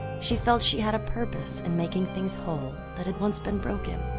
she felt she had a purpose in making things whole that had once been broken.